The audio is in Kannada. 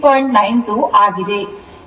92 ಆಗಿದೆ